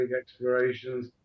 explorations